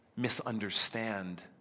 misunderstand